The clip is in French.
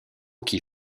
qui